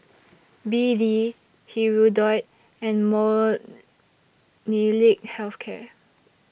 B D Hirudoid and Molnylcke Health Care